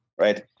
right